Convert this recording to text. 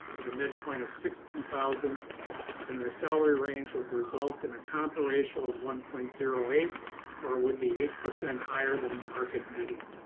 the midpoint of sixty thousand in their salary range would result in a compa ratio of one point zero eight or would be eight percent higher than the market median.